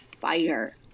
fire